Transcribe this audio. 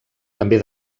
també